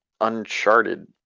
uncharted